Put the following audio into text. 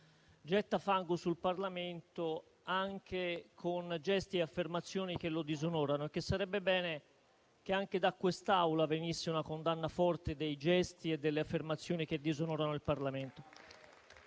getta fango sul Parlamento anche con gesti e affermazioni che lo disonorano. E sarebbe bene che anche da quest'Aula venisse una condanna forte dei gesti e delle affermazioni che disonorano il Parlamento.